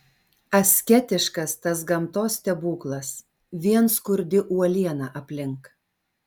asketiškas tas gamtos stebuklas vien skurdi uoliena aplink